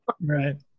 Right